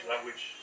language